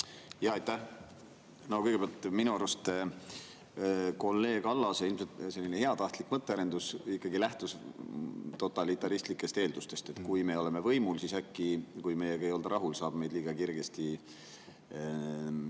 Aitäh! Kõigepealt, minu arust kolleeg Allase ilmselt heatahtlik mõttearendus lähtus ikkagi totalitaristlikest eeldustest, et kui me oleme võimul, siis äkki, kui meiega ei olda rahul, saab meid liiga kergesti sealt